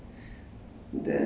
then 我也是